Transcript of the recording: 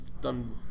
done